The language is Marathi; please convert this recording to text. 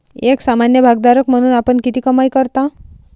एक सामान्य भागधारक म्हणून आपण किती कमाई करता?